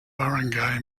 barangay